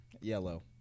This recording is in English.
Yellow